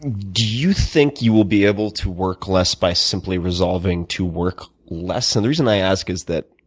do you think you will be able to work less by simply resolving to work less? and the reason i ask is that